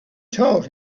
told